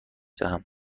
دهم